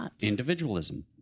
Individualism